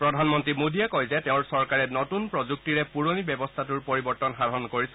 প্ৰধানমন্ত্ৰী মোদীয়ে কয় যে তেওঁৰ চৰকাৰে নতুন প্ৰযুক্তিৰে পুৰণি ব্যৱস্থাটোৰ পৰিৱৰ্তন সাধন কৰিছে